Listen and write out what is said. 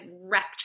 wrecked